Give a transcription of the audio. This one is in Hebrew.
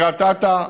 קריית אתא,